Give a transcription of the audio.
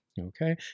okay